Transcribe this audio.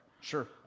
Sure